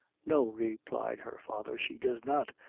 no, replied her father, she does not,